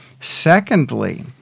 Secondly